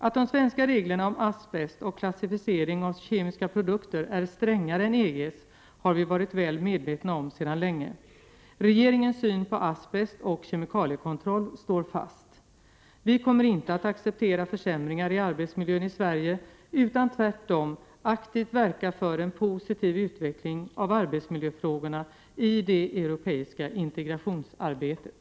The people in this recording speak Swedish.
Att de svenska reglerna om asbest och klassificering av kemiska produkter är strängare än EG:s har vi varit väl medvetna om sedan länge. Regeringens syn på asbest och kemikaliekontroll står fast. Vi kommer inte att acceptera försämringar i arbetsmiljön i Sverige, utan tvärtom aktivt verka för en positiv utveckling av arbetsmiljöfrågorna i det europeiska integrationsarbetet.